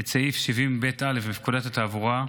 את סעיף 70(ב)(א) לפקודת התעבורה,